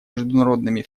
международными